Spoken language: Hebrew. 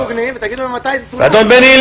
תהיו הוגנים ותגידו מתי זה צולם.